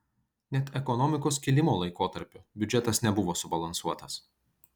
net ekonomikos kilimo laikotarpiu biudžetas nebuvo subalansuotas